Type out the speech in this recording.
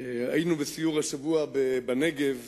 בגליל ובנגב,